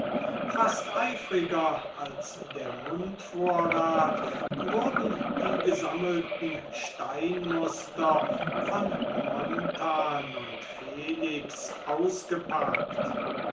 fast eifriger als der mundvorrat wurden die gesammelten steinmuster von montan und felix ausgepackt